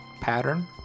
Pattern